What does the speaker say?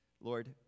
Lord